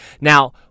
Now